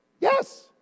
yes